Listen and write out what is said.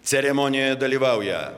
ceremonijoje dalyvauja